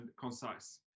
concise